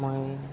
মই